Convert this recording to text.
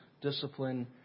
discipline